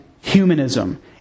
humanism